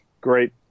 great